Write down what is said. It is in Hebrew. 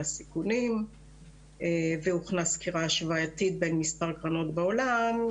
הסיכונים והוכנה סקירה השוואתית בין מספר קרנות בעולם,